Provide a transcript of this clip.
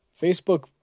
Facebook